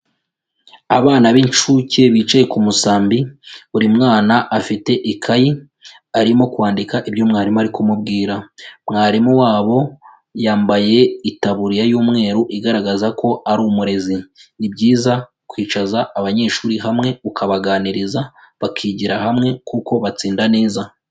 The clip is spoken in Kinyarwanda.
Abana b'incuke bicaye ku musambi, buri mwana afite ikayi arimo kwandika ibyo mwarimu ari kumubwira, mwarimu wabo yambaye itaburiya y'umweru igaragaza ko ari umurezi. Ni byiza kwicaza abanyeshuri hamwe ukabaganiriza bakigira hamwe kuko batsinda neza.